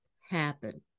happen